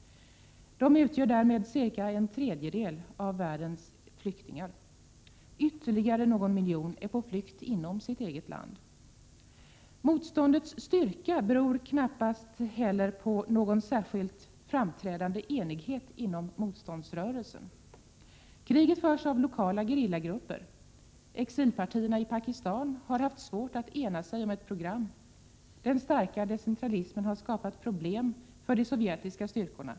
De utgör därmed cirka en tredjedel av hela världens flyktingar. Ytterligare någon miljon är på flykt inom sitt eget land. Motståndets styrka beror knappast heller på någon särskilt framträdande enighet inom motståndsrörelsen. Kriget förs av lokala gerillagrupper. Exilpartierna i Pakistan har haft svårt att ena sig om ett program. Den starka decentralismen har skapat problem för de sovjetiska styrkorna.